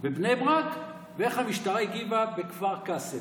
בבני ברק ואיך המשטרה הגיבה בכפר קאסם.